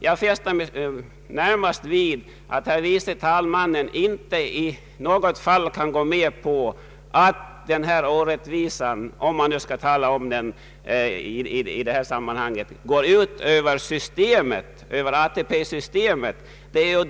Jag fäste mig särskilt vid att herr förste vice talmannen inte i något fall kunde hålla med om att den här orättvisan går ut över dem som är försäkrade genom ATP-systemet.